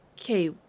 Okay